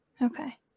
Okay